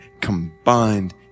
combined